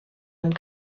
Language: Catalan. amb